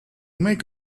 make